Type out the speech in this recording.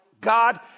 God